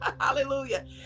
Hallelujah